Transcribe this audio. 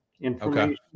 information